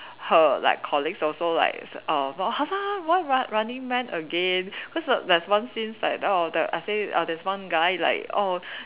her like colleagues also like err why running man again cause the there's one scenes like oh the I say uh there's one guy like oh